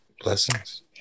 Blessings